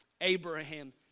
Abraham